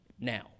now